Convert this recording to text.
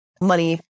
money